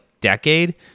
decade